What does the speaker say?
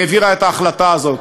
העבירה את ההחלטה הזאת,